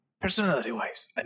Personality-wise